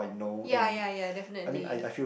ya ya ya definitely